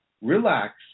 relax